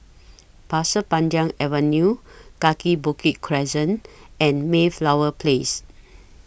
Pasir Panjang Avenue Kaki Bukit Crescent and Mayflower Place